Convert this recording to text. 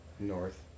North